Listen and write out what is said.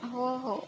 हो हो